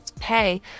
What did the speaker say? hey